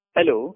Hello